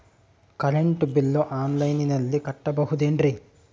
Current bill ಆನ್ಲೈನಿನಲ್ಲಿ ಕಟ್ಟಬಹುದು ಏನ್ರಿ?